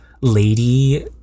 lady